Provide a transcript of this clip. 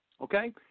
Okay